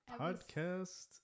podcast